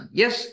yes